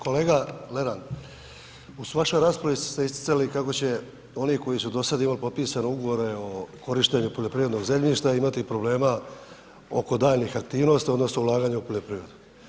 Kolega Lenart, u vašoj raspravi ste se isticali kako će oni koji su dosad imali potpisano ugovore o korištenju poljoprivrednog zemljišta imati problema oko daljnjih aktivnosti odnosno ulaganja u poljoprivredu.